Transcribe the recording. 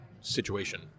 situation